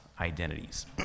identities